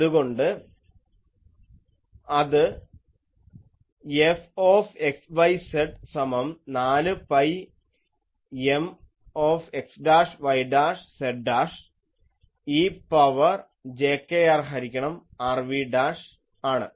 അതുകൊണ്ട് അത് F സമം 4 pi Mx'y'z' e power jkR ഹരിക്കണം R dv' ആണ്